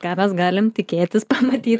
ką mes galim tikėtis pamatyt